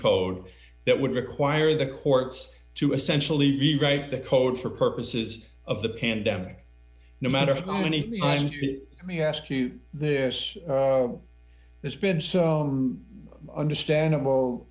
code that would require the courts to essentially rewrite the code for purposes of the pandemic no matter how many me ask you this there's been so understandable